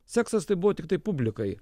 seksas tai buvo tiktai publikai